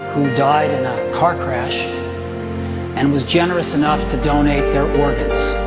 died in a car crash and was generous enough to donate their organs